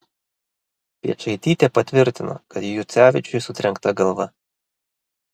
piečaitytė patvirtino kad juocevičiui sutrenkta galva